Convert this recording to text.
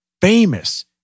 famous